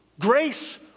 grace